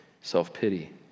self-pity